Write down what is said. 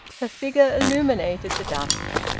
her figure illuminated the dusk.